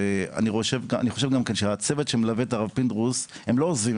ואני חושב גם כן שהצוות שמלווה את הרב פינדרוס הם לא עוזבים,